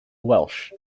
welsh